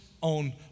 on